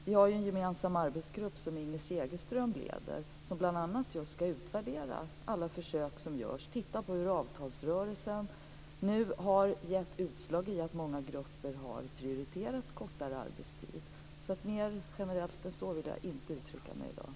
Vi har en gemensam arbetsgrupp som Inger Segelström leder som bl.a. just skall utvärdera alla försök som görs. Man skall titta på vad det har gett för utslag när det gäller avtalsrörelsen att många grupper har prioriterat kortare arbetstid. Mer generellt än så vill jag inte uttrycka mig i dag.